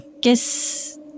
guess